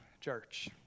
Church